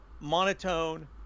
monotone